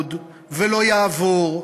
יעמוד ולא יעבור.